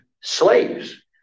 slaves